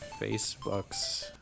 Facebooks